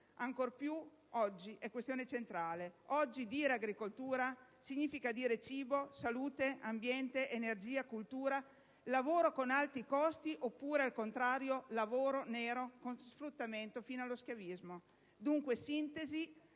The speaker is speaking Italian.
l'agricoltura è questione centrale; oggi dire agricoltura significa dire cibo, salute, ambiente, energia, cultura, lavoro con alti costi oppure, al contrario, lavoro nero con sfruttamento fino allo schiavismo. L'agricoltura